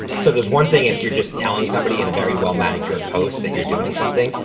so there's one thing if you're just telling somebody in a very well manicured post that you're doing something,